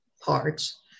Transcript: parts